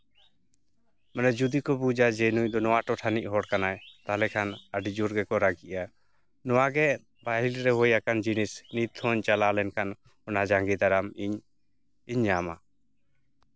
ᱢᱟᱱᱮ ᱡᱩᱫᱤ ᱠᱚ ᱵᱩᱡᱟ ᱡᱮ ᱱᱩᱭ ᱫᱚ ᱱᱚᱣᱟ ᱴᱚᱴᱷᱟ ᱨᱤᱱᱤᱡ ᱦᱚᱲ ᱠᱟᱱᱟᱭ ᱛᱟᱞᱦᱮ ᱠᱷᱟᱱ ᱟᱹᱰᱤ ᱡᱳᱨ ᱜᱮᱠᱚ ᱨᱟᱹᱜᱤᱜᱼᱟ ᱱᱚᱣᱟᱜᱮ ᱯᱟᱹᱦᱤᱞ ᱨᱮ ᱦᱩᱭᱟᱠᱟᱱ ᱡᱤᱱᱤᱥ ᱱᱤᱛ ᱦᱚᱧ ᱪᱟᱞᱟᱣ ᱞᱮᱱᱠᱷᱟᱱ ᱚᱱᱟ ᱡᱟᱸᱜᱮ ᱫᱟᱨᱟᱢ ᱤᱧ ᱤᱧ ᱧᱟᱢᱟ